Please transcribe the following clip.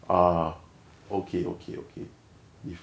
ah okay okay okay